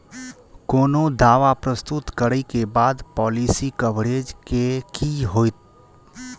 कोनो दावा प्रस्तुत करै केँ बाद पॉलिसी कवरेज केँ की होइत?